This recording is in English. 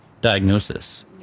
diagnosis